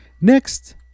next